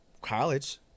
College